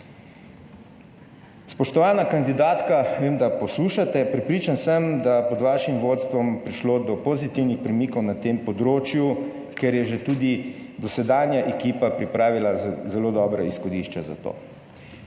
Spoštovana kandidatka, vem, da poslušate. Prepričan sem, da je pod vašim vodstvom prišlo do pozitivnih premikov na tem področju, ker je že tudi dosedanja ekipa pripravila zelo dobra izhodišča za to.